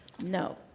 No